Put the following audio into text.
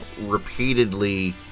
repeatedly